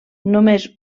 només